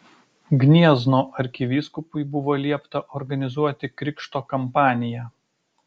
gniezno arkivyskupui buvo liepta organizuoti krikšto kampaniją